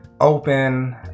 open